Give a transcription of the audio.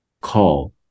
call